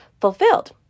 fulfilled